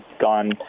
gone